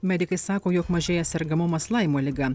medikai sako jog mažėja sergamumas laimo liga